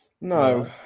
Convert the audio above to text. No